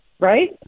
right